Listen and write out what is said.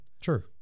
Sure